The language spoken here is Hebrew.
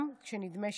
גם כשנדמה שלא.